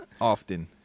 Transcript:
often